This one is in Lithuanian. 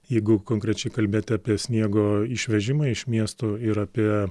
jeigu konkrečiai kalbėt apie sniego išvežimą iš miestų ir apie